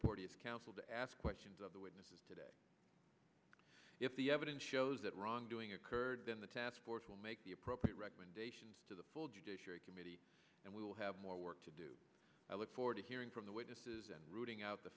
porteous counsel to ask questions of the witnesses today if the evidence shows that wrongdoing occurred in the task force will make the appropriate recommendations to the full judiciary committee and we will have more work to do i look forward to hearing from the witnesses and rooting out the